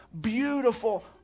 beautiful